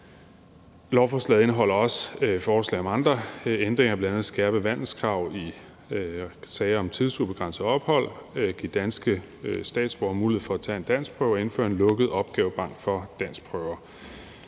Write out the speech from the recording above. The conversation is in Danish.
Lovforslaget indeholder også forslag om andre ændringer, bl.a. et skærpet vandelskrav i sager om tidsubegrænset ophold, at give danske statsborgere mulighed for at tage en danskprøve, og at indføre en lukket opgavebank for danskprøver.